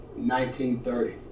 1930